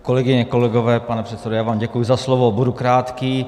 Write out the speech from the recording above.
Kolegyně, kolegové, pane předsedo, vám děkuji za slovo, budu krátký.